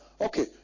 okay